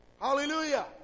Hallelujah